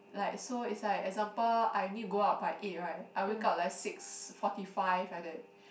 like so is like example I need go out by eight right I wake up like six forty five like that